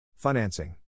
Financing